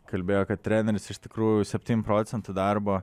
kalbėjo kad treneris iš tikrųjų septyniasdešimt procentų darbo